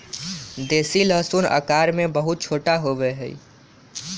देसी लहसुन आकार में बहुत छोटा होबा हई